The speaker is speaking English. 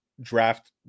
draft